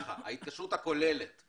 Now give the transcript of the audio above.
ההתקשרות הכוללת היא